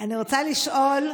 אני רוצה לשאול,